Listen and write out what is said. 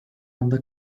anda